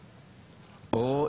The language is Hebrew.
או,